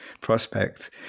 prospect